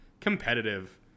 competitive